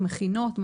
מכינות,